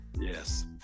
yes